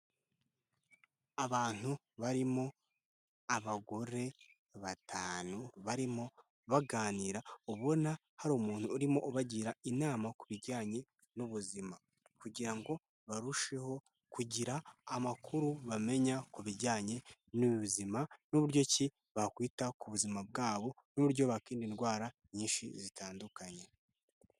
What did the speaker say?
Abantu barimo abagore batanu barimo baganira, ubona hari umuntu urimo ubagira inama ku bijyanye n'ubuzima kugira ngo barusheho kugira amakuru bamenya ku bijyanye n'ubuzima n'uburyo ki bakwita ku buzima bwabo n'uburyo bakwirinda indwara nyinshi zitandukanye.